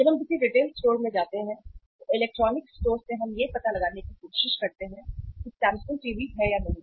जब हम किसी रिटेल स्टोर में जाते हैं तो इलेक्ट्रॉनिक स्टोर से हम यह पता लगाने की कोशिश करते हैं कि सैमसंग टीवी है या नहीं